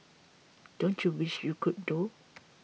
don't you wish you could though